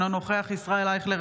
אינו נוכח ישראל אייכלר,